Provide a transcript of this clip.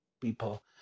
people